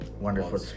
wonderful